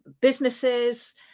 businesses